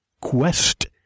quest